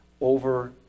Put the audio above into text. over